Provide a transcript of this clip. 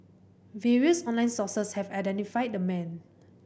various online sources have identified the man